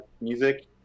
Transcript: music